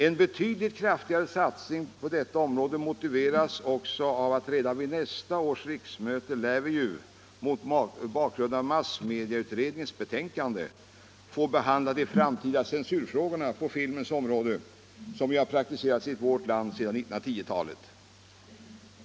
En betydligt kraftigare satsning på detta område motiveras också av att redan vid nästa års riksmöte lär vi ju — mot bakgrunden av massmediautredningens betänkande — få behandla censurfrågorna på filmens område, en förhandsgranskningsmetod som har anor i vårt land sedan 1910-talet.